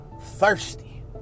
Thirsty